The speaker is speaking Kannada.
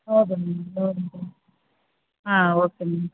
ಓಕೆ ಮ್ಯಾಮ್ ಓಕೆ ಮ್ಯಾಮ್ ಹಾಂ ಓಕೆ ಮ್ಯಾಮ್